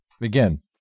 again